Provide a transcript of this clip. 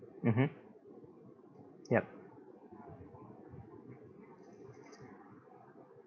mmhmm yup